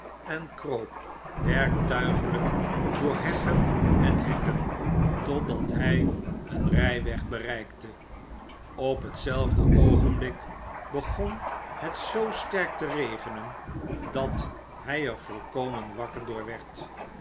en kroop werktuiglijk door heggen en hekken totdat hij een rijweg bereikte op hetzelfde oogenblik begon het zoo sterk te regenen dat hij er volkomen wakker door werd